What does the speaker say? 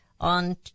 on